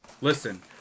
Listen